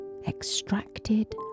extracted